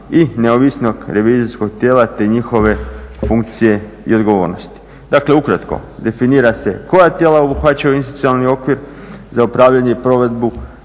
i neovisnog revizijskog tijela te njihove funkcije i odgovornosti. Dakle ukratko, definira se koja tijela obuhvaćaju institucionalni okvir za upravljanje i provedbu